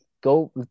Go –